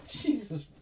Jesus